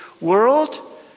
world